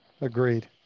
agreed